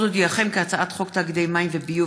עוד אודיעכם כי הצעת חוק תאגידי מים וביוב